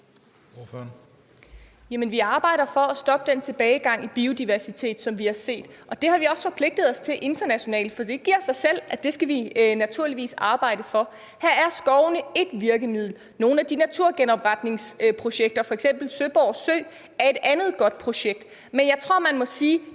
vi arbejder for at stoppe den tilbagegang i biodiversitet, som vi har set, og det har Danmark også forpligtet sig til internationalt, for det giver sig selv, at det skal vi naturligvis arbejde for. Her er skovene ét virkemiddel. Et naturgenopretningsprojekt som f.eks. Søborg Sø er et andet godt virkemiddel. Men jeg tror, at man må sige,